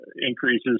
increases